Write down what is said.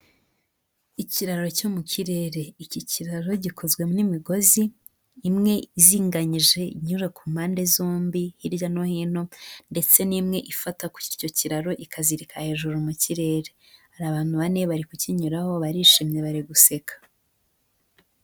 Ikiraro cyo mu kirere. Iki kiraro gikozwemo imigozi imwe izinganyije, inyura ku mpande zombi hirya no hino, ndetse n'imwe ifata kuri icyo kiraro ikazirika hejuru mu kirere. Hari abantu bane bari kukinyuraho, barishimye bari guseka.